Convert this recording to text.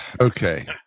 Okay